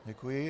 Děkuji.